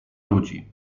ludzi